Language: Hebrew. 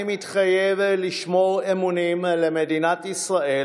אני מתחייב לשמור אמונים למדינת ישראל